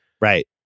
Right